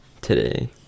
today